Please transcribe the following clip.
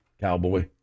cowboy